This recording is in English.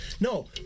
No